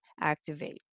activate